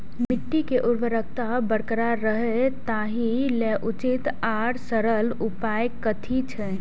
मिट्टी के उर्वरकता बरकरार रहे ताहि लेल उचित आर सरल उपाय कथी छे?